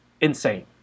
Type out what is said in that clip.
insane